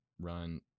run